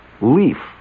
leaf